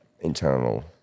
internal